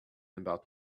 about